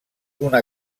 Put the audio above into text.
una